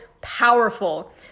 powerful